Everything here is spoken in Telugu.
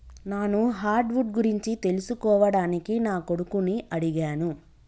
నాను హార్డ్ వుడ్ గురించి తెలుసుకోవడానికి నా కొడుకుని అడిగాను